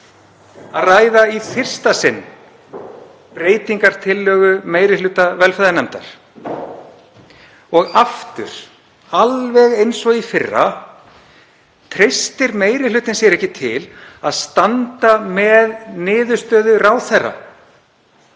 að ræða í fyrsta sinn breytingartillögu meiri hluta velferðarnefndar. Og aftur, alveg eins og í fyrra, treystir meiri hlutinn sér ekki til að standa með niðurstöðu ráðherra,